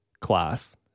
class